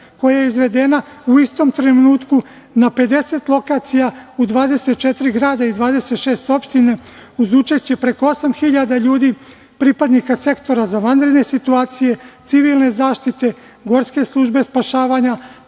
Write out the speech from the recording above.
koja je izvedena u istom trenutku na 50 lokacija u 24 grada i 26 opština, uz učešće preko osam hiljada ljudi pripadnika Sektora za vanredne situacije, Civilne zaštite, Gorske službe spašavanja,